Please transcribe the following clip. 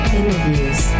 interviews